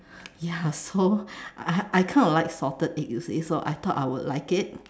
ya so I kind of like salted egg you see so I thought I would like it